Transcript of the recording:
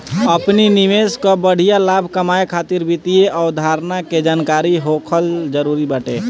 अपनी निवेश कअ बढ़िया लाभ कमाए खातिर वित्तीय अवधारणा के जानकरी होखल जरुरी बाटे